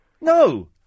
No